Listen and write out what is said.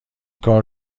کار